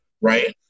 Right